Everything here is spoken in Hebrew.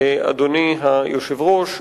אדוני היושב-ראש,